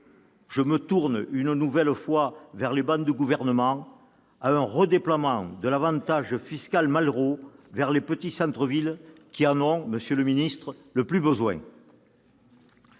je me tourne une nouvelle fois vers le banc du Gouvernement -à un redéploiement de l'avantage fiscal « Malraux » vers les petits centres-villes qui en ont le plus besoin.